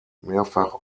mehrfach